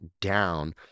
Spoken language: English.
down